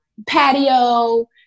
patio